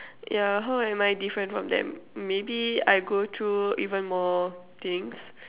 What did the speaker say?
yeah how am I different from them maybe I go through even more things